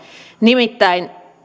nimittäin